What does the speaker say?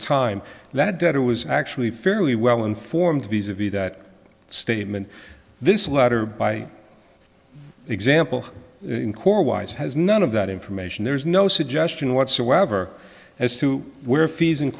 time that it was actually fairly well informed busy that statement this letter by example in core wise has none of that information there's no suggestion whatsoever as to where fees and